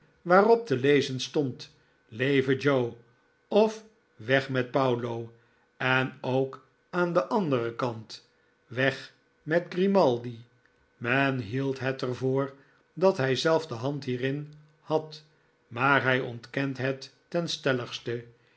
waarop te lezen stond leve joe of weg met paulo en ook aan den anderen kant weg met grimaldi men hield het er voor dat hij zelf de hand hierin had maar hij ontkent het ten stelligste